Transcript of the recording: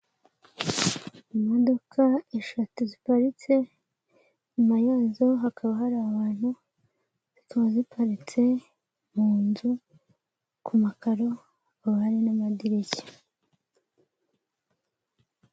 Imodoka eshatu ziparitse, inyuma yazo hakaba hari abantu, zikaba ziparitse mu nzu ku makaro, hakaba bari n'amadirishya.